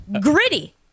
gritty